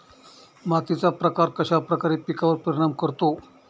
मातीचा प्रकार कश्याप्रकारे पिकांवर परिणाम करतो?